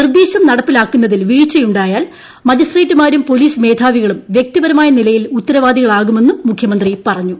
നിർദ്ദേശം നടപ്പാക്കുന്നതിൽ വീഴ്ചയുണ്ടായാൽ മജിസ്ട്രേറ്റുമാരും പൊലീസ് മേധാവികളും വ്യക്തിപരമായ നിലയിൽ ഉത്തരവാദികളാകുമെന്ന് മുഖ്യമന്ത്രി പറഞ്ഞു